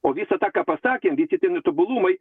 o visą tą ką pasakėm visi tie netobulumai